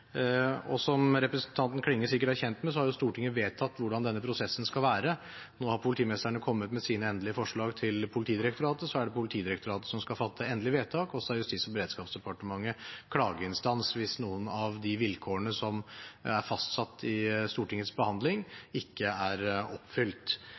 Som representanten Klinge sikkert er kjent med, har Stortinget vedtatt hvordan denne prosessen skal være. Nå har politimesterne kommet med sine endelige forslag til Politidirektoratet, så er det Politidirektoratet som skal fatte endelig vedtak, og så er Justis- og beredskapsdepartementet klageinstans hvis noen av de vilkårene som er fastsatt i Stortingets